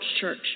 church